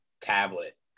tablet